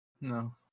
No